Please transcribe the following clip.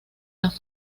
las